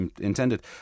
intended